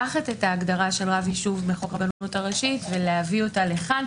לקחת את ההגדרה של רב יישוב בחוק הרבנות הראשית ולהביא אותה לכאן.